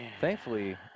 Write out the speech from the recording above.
Thankfully